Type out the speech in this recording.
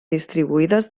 distribuïdes